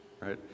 right